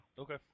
Okay